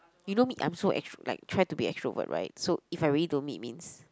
you know me I'm so ex~ like try to be extrovert right so if I really don't meet means